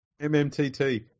MMTT